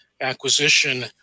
acquisition